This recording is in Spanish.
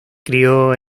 crió